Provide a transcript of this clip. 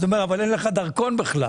אז הוא אומר: "אבל אין לך דרכון בכלל".